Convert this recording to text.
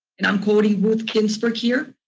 and i am quoting ruth ginsberg here.